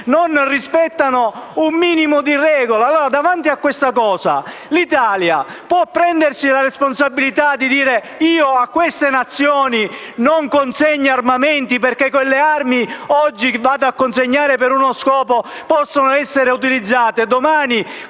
non rispettano minimamente le regole. Davanti a questo, l'Italia può prendersi la responsabilità di dire che a queste Nazioni non consegna armamenti perché quelle armi che oggi andrebbe a consegnare per uno scopo possono essere utilizzate